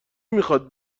میخواد